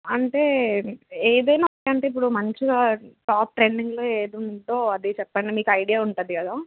అంటే ఏదైనా అంటే ఇప్పుడు మంచిగా టాప్ ట్రెండింగ్లో ఏదుందో అది చెప్పండి మీకు ఐడియా ఉంటుంది కదా